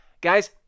guys